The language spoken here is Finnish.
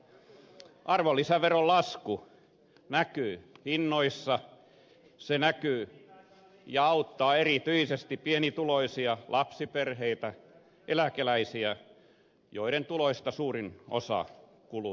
arvonlisäveron lasku näkyy hinnoissa se näkyy ja auttaa erityisesti pienituloisia lapsiperheitä ja eläkeläisiä joiden tuloista suurin osa kuluu ruokaan